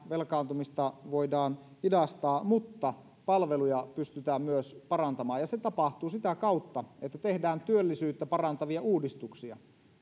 ja velkaantumista voidaan hidastaa mutta palveluja pystytään myös parantamaan se tapahtuu sitä kautta että tehdään työllisyyttä parantavia uudistuksia